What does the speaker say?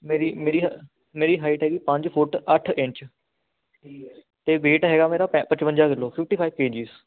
ਮੇਰੀ ਮੇਰੀ ਹਾ ਮੇਰੀ ਹਾਈਟ ਹੈਗੀ ਪੰਜ ਫੁੱਟ ਅੱਠ ਇੰਚ ਅਤੇ ਵੇਟ ਹੈਗਾ ਮੇਰਾ ਪਚਵੰਜਾ ਕਿਲੋ ਫਿਫਟੀ ਫਾਈਵ ਕੇਜੀਸ